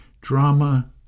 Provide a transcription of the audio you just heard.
Drama